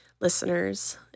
listeners